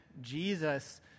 Jesus